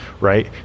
right